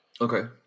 Okay